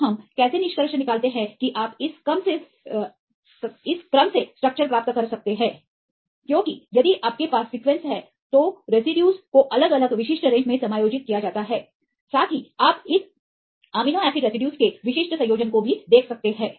तो हम कैसे निष्कर्ष निकालते हैं कि आप इस क्रम से स्ट्रक्चर प्राप्त कर सकते हैं क्योंकि यदि आपके पास सीक्वेंसहै तो रेसिड्यूज को अलग अलग विशिष्ट रेंज में समायोजित किया जाता है साथ ही आप इस अमीनो एसिड रेसिड्यूज के विशिष्ट संयोजन को भी देख सकते हैं